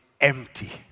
empty